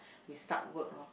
we start work loh